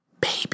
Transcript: baby